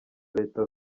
leta